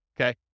okay